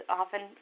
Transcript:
often